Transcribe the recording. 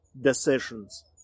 decisions